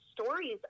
stories